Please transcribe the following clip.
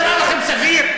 זה נראה לכם סביר?